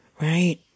right